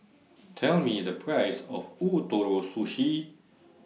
Tell Me The Price of Ootoro Sushi